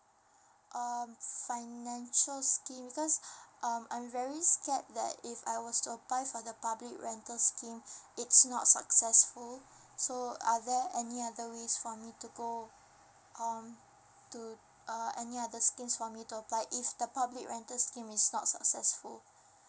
um financial shame because um I'm very scared that if I was to apply for the public rental scheme it's not successful so are there any other ways for me to go um to uh any other schemes for me to apply if the public rental scheme is not successful